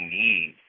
need